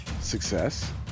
success